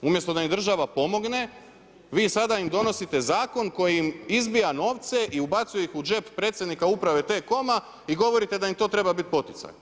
Umjesto da im država pomogne, vi sada im donosite zakon koji im izbija novce i ubacuje ih u džep Predsjednika Uprave T-COM-a i govorite da im to treba poticaj.